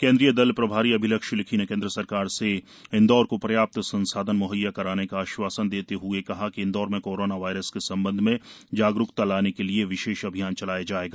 केन्द्रीय दल प्रभारी अभिलक्ष्य लिखी ने केन्द्र सरकार से इंदौर को श्याप्त संसाधन म्हैया कराये का श्वासन देते हए कहा कि इंदौर में कोरोना वायरस के संबंध में जागरूकता लाने के लिये विशेष अभियान चलाया जायेगा